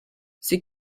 ces